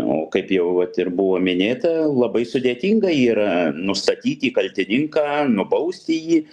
o kaip jau vat ir buvo minėta labai sudėtinga yra nustatyti kaltininką nubausti jį